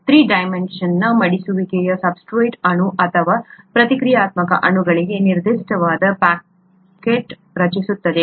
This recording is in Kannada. ಥ್ರೀ ಡೈಮೆನ್ಷನಲ್ನ ಮಡಿಸುವಿಕೆಯು ಸಬ್ಸ್ಟ್ರೇಟ್ ಅಣು ಅಥವಾ ಪ್ರತಿಕ್ರಿಯಾತ್ಮಕ ಅಣುಗಳಿಗೆ ನಿರ್ದಿಷ್ಟವಾದ ಪಾಕೆಟ್ಗಳನ್ನು ರಚಿಸುತ್ತದೆ